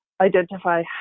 identify